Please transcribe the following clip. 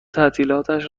تعطیلاتش